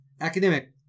Academic